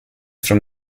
from